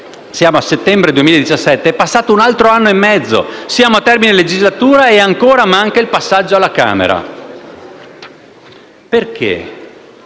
siamo a settembre 2017 ed è passato un altro anno e mezzo, ci avviciniamo al termine della legislatura e ancora manca il passaggio alla Camera. Perché?